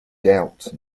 doubt